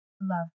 love